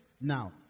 now